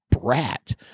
brat